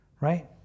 right